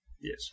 Yes